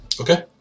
Okay